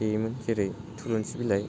देयोमोन जेरै थलुंसि बिलाइ